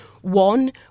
One